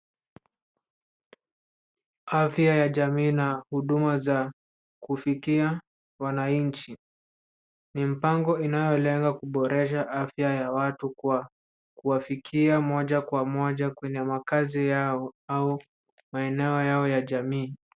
Afya ya jamii na huduma za kufikia wananchi. Ni mpango inayolenga kuboresha afya ya watu kwa kuwafikia moja kwa moja kwenye makazi yao au maeneo yao ya jamii.